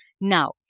Now